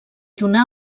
donà